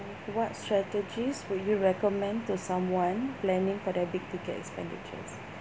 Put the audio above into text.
what strategies would you recommend to someone planning for their big ticket expenditures